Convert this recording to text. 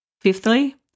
Fifthly